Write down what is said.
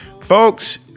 folks